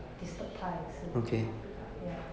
disturb 她也是 ya